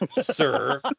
sir